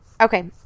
Okay